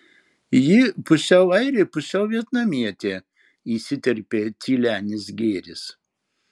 ji pusiau airė pusiau vietnamietė įsiterpė tylenis gėris